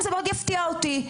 זה מאוד יפתיע אותי.